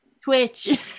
twitch